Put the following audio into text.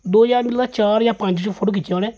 दो ज्हार मतसब चार जां पंज च फोटो खिच्चेआ उ'नें